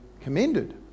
commended